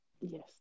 Yes